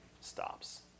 stops